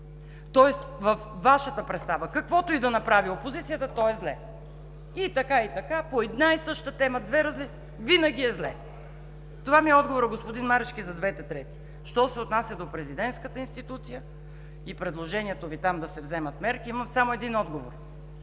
шапка? Във Вашата представа каквото и да направи опозицията, то е зле. И така, и така – по една и съща тема винаги е зле. Това ми е отговорът, господин Марешки, за двете трети. Що се отнася до президентската институция и предложението Ви там да се вземат мерки, то имам само един отговор: